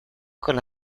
con